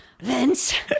Vince